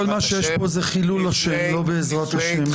כל מה שיש פה זה חילול השם, לא בעזרת השם.